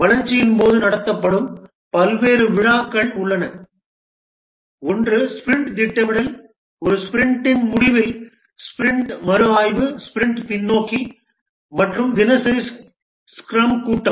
வளர்ச்சியின் போது நடத்தப்படும் பல்வேறு விழாக்கள் உள்ளன ஒன்று ஸ்பிரிண்ட் திட்டமிடல் ஒரு ஸ்பிரிண்டின் முடிவில் ஸ்பிரிண்ட் மறுஆய்வு ஸ்பிரிண்ட் பின்னோக்கி மற்றும் தினசரி ஸ்க்ரம் கூட்டம்